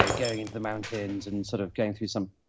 and going into the mountains and sort of going through some.